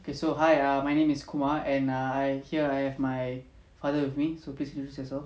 okay so hi err my name is kumar and err I here I have my father with me so please introduce yourself